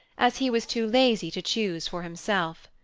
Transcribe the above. as he was too lazy to choose for himself.